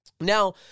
now